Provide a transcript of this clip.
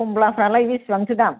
कमलाफ्रालाय बेसेबांथो दाम